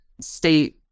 state